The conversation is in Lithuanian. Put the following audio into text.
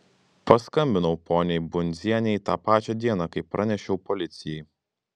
paskambinau poniai bundzienei tą pačią dieną kai pranešiau policijai